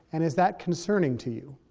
and is that concerning to you?